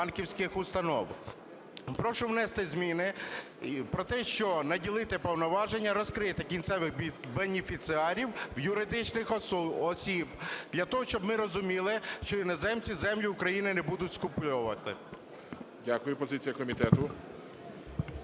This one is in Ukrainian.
Дякую. Позиція комітету.